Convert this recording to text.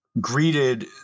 greeted